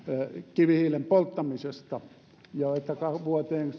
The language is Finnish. kivihiilen polttamisesta ja että vuoteen